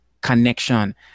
connection